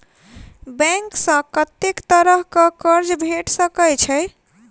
Bank सऽ कत्तेक तरह कऽ कर्जा भेट सकय छई?